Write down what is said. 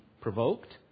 provoked